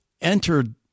entered